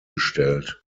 gestellt